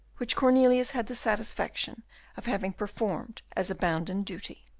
which cornelius had the satisfaction of having performed as a bounden duty.